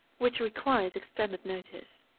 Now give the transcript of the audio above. which requires extended notice.